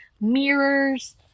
mirrors